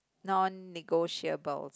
non negotiable